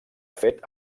fet